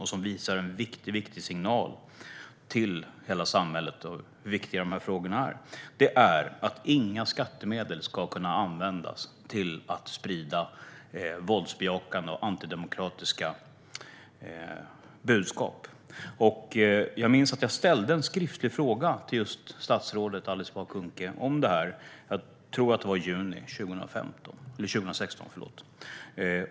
Och det ger en viktig signal till hela samhället om hur viktiga dessa frågor är. Det handlar om att inga skattemedel ska kunna användas till att sprida våldsbejakande och antidemokratiska budskap. Jag minns att jag ställde en skriftlig fråga till statsrådet Alice Bah Kuhnke om det - jag tror att det var i juni 2016.